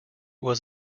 was